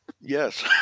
yes